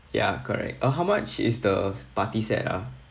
ya correct ah how much is the party set ah